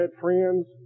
friends